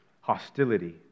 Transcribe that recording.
hostility